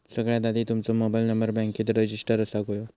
सगळ्यात आधी तुमचो मोबाईल नंबर बॅन्केत रजिस्टर असाक व्हयो